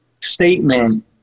statement